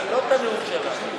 לא את הנאום שלך,